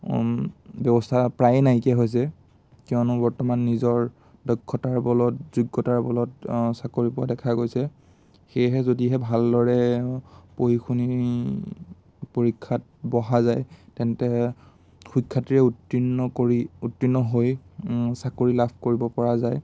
ব্যৱস্থা প্ৰায়ে নাইকিয়া হৈছে কিয়নো বৰ্তমান নিজৰ দক্ষতাৰ বলত যোগ্যতাৰ বলত চাকৰি পোৱা দেখা গৈছে সেয়েহে যদিহে ভালদৰে পঢ়ি শুনি পৰীক্ষাত বহা যায় তেন্তে সুখ্যাতিৰে উত্তীৰ্ণ কৰি উত্তীৰ্ণ হৈ চাকৰি লাভ কৰিব পৰা যায়